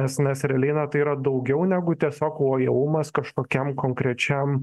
nes nes realiai na tai yra daugiau negu tiesiog lojalumas kažkokiam konkrečiam